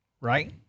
right